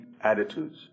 attitudes